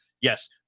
yes